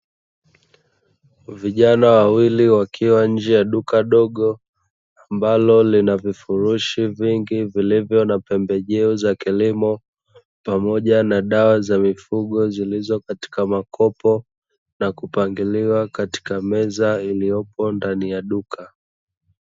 Vijana wawili wakiwa nje ya duka dogo, ambalo lina vifurushi vingi vilivyo na pembejeo za kilimo pamoja na dawa za mifugo zilizo katika makopo na kupangiliwa katika meza iliyopo ndani ya duka.